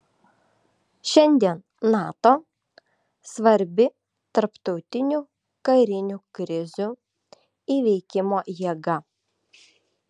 šiandien nato svarbi tarptautinių karinių krizių įveikimo jėga